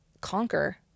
conquer